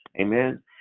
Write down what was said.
Amen